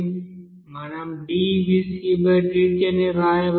మనం ddt అని వ్రాయవచ్చు